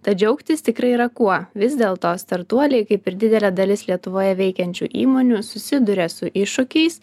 tad džiaugtis tikrai yra kuo vis dėlto startuoliai kaip ir didelė dalis lietuvoje veikiančių įmonių susiduria su iššūkiais